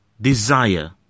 desire